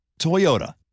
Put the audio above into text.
Toyota